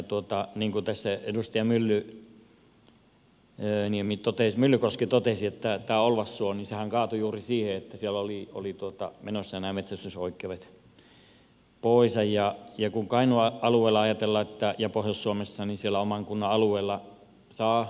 niin kuin tässä edustaja myllykoski totesi tämä olvassuohan kaatui juuri siihen että siellä olivat menossa nämä metsästysoikeudet pois kun kainuun alueella ja pohjois suomessa ajatellaan että siellä oman kunnan alueella saa metsästää